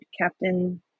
Captain